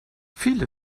viele